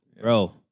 Bro